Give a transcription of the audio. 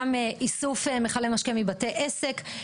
גם איסוף מכלי משקה מבתי עסק,